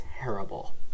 terrible